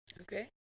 Okay